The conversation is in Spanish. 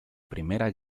primera